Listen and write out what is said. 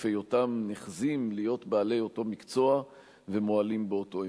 היותם נחזים להיות בעלי אותו מקצוע ומועלים באותו אמון.